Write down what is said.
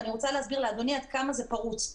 ואני רוצה להסביר לאדוני עד כמה זה פרוץ.